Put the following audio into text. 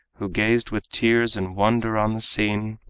who gazed with tears and wonder on the scene,